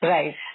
Right